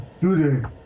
Today